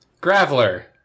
Graveler